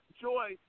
Joy